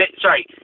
sorry